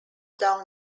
down